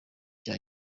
cya